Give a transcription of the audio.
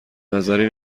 نظری